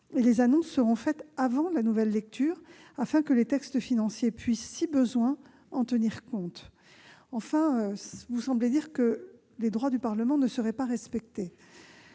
Les annonces seront faites avant la nouvelle lecture afin que les textes financiers puissent, si besoin, en tenir compte. Vous semblez dire que les droits du Parlement ne seraient pas respectés.